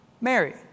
Mary